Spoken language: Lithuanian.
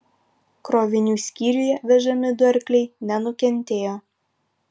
krovinių skyriuje vežami du arkliai nenukentėjo